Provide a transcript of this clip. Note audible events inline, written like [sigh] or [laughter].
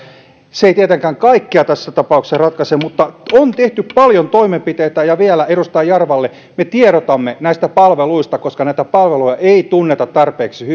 ne eivät tietenkään kaikkea tässä tapauksessa ratkaise mutta on tehty paljon toimenpiteitä vielä edustaja jarvalle me tiedotamme näistä palveluista koska näitä palveluja ei tunneta tarpeeksi [unintelligible]